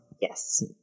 Yes